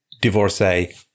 divorcee